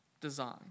design